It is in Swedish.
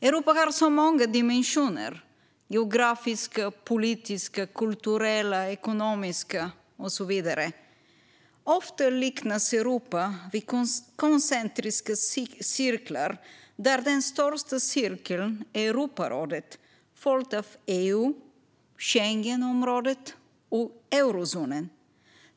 Europa har många dimensioner - geografiska, politiska, kulturella, ekonomiska och så vidare. Ofta liknas Europa vid koncentriska cirklar där den största cirkeln är Europarådet, följd av EU, Schengenområdet och eurozonen.